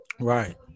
Right